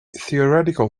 theoretical